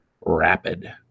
rapid